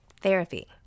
Therapy